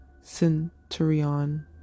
centurion